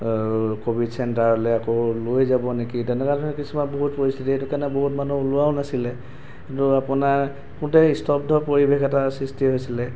Covid চেণ্টাৰলৈ আকৌ লৈ যাব নেকি তেনেকুৱা ধৰণৰ কিছুমান বহুত পৰিস্থিতি সেইটো কাৰণে বহুত মানুহ ওলোৱাও নাছিলে কিন্তু আপোনাৰ গোটেই স্তব্ধ পৰিৱেশ এটাৰ সৃষ্টি হৈছিলে